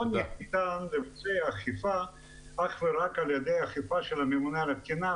לא ניתן לבצע אכיפה אך ורק על ידי אכיפה של הממונה על התקינה,